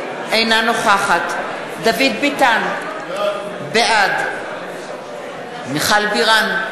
אינה נוכחת דוד ביטן, בעד מיכל בירן,